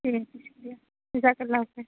thank you شکریہ جزاک اللہ خیر